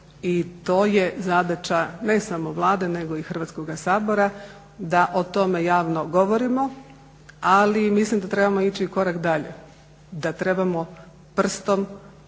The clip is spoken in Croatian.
i to je zadaća ne samo Vlade nego i Hrvatskoga sabora da o tome javno govorimo. Ali mislim da trebamo ići i korak dalje, da trebamo prstom,